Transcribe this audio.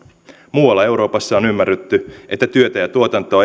muualla euroopassa on ymmärretty että työtä ja tuotantoa